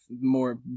More